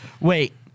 wait